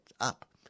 up